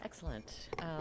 excellent